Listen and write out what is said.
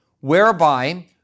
whereby